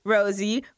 Rosie